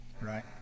right